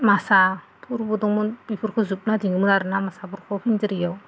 मासाफोरबो दंमोन बेफोरखो जोबना दोदोंनोमोन आरोना फिनजिरिआव